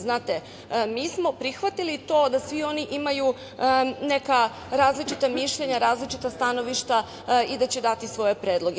Znate, mi smo prihvatili to da svi oni imaju neka različita mišljenja, različita stanovišta i da će dati svoje predloge.